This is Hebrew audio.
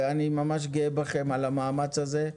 אני ממש גאה בכם על המאמץ הזה,